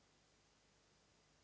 Hvala.